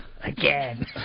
again